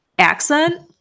accent